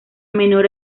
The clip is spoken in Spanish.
menor